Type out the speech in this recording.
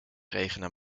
regenen